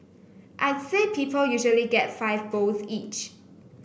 I'd say people usually get five bowls each